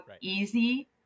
easy